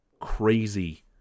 Crazy